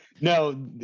No